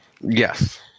Yes